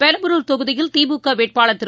பெரம்பலூர் தொகுதியில் திமுக வேட்பாளர் திரு